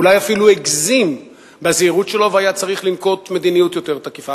אולי אפילו הגזים בזהירות שלו והיה צריך לנקוט מדיניות יותר תקיפה,